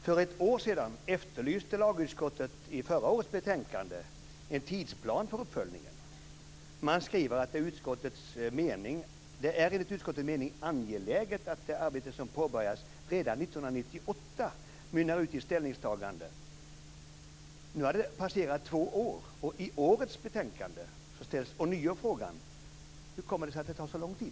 Fru talman! För ett år sedan efterlyste lagutskottet i förra årets betänkande en tidsplan för uppföljningen. Man skriver: Det är enligt utskottets mening angeläget att det arbete som påbörjats redan år 1998 mynnar ut i ställningstagande. Nu har det passerat två år. I årets betänkande ställs ånyo frågan: Hur kommer det sig att det tar så lång tid?